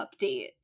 update